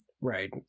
Right